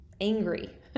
angry